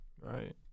Right